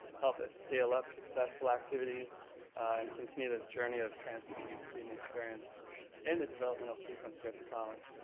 help us scale up successful activities, and continue this journey of transforming and student experience in the developmental sequence here at the college.